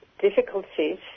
difficulties